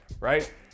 right